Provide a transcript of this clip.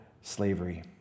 slavery